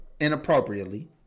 inappropriately